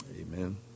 Amen